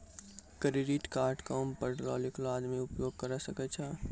Credit card काम पढलो लिखलो आदमी उपयोग करे सकय छै?